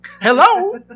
Hello